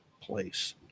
place